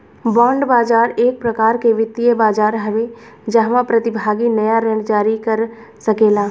bond बाजार एक प्रकार के वित्तीय बाजार हवे जाहवा प्रतिभागी नाया ऋण जारी कर सकेला